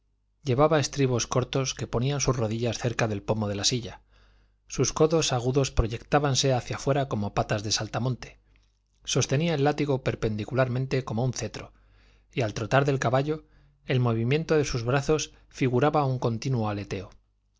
llevaba estribos cortos que ponían sus rodillas cerca del pomo de la silla sus codos agudos proyectábanse hacia fuera como patas de saltamonte sostenía el látigo perpendicularmente como un cetro y al trotar del caballo el movimiento de sus brazos figuraba un continuo aleteo